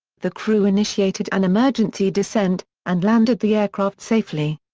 the crew initiated an emergency descent, and landed the aircraft safely.